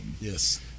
yes